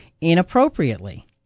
inappropriately